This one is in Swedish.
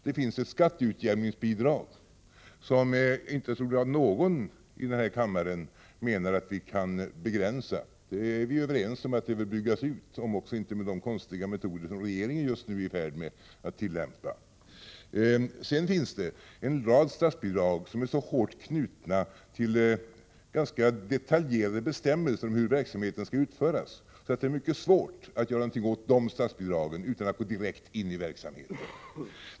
Det finns ett skatteutjämningsbidrag, som jag inte tror att någon i denna kammare menar att vi kan begränsa. Vi är överens om att det bör byggas ut, även om det inte skall ske med de konstiga metoder som regeringen just nu är i färd med att tillämpa. Det finns en rad statsbidrag som är så hårt knutna till ganska detaljerade bestämmelser om hur verksamheten skall utföras att det är mycket svårt att göra någonting åt de statsbidragen utan att gå direkt in i verksamheten.